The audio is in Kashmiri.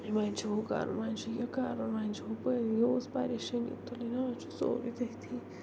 وۄنۍ چھُ ہو کَرُن وۄنۍ چھُ یہِ کَرُن وۄنۍ چھُ ہُپٲرۍ ییٖژ پریشٲنی تُلٕنۍ ہا وۅنۍ چھُ سورُے تٔتھٕے